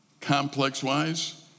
complex-wise